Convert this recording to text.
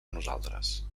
nosaltres